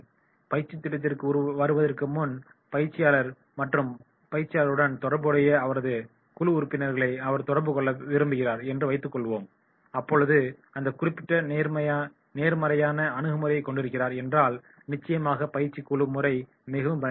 பயிற்சி திட்டத்திற்கு வருவதற்கு முன் பயிற்சியாளர் மற்றும் பயிற்சியாளர்களுடன் தொடர்புடைய அவரது குழு உறுப்பினர்களை அவர் தொடர்பு கொள்ள விரும்புகிறார் என்று வைத்துக்கொள்வோம் அப்பொழுது அந்த குறிப்பிட்ட நேர்மறையான அணுகுமுறையைக் கொண்டிருக்கிறார் என்றால் நிச்சயமாக பயிற்சி குழு முறை மிகவும் பயனுள்ளதாக இருக்கும்